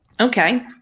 Okay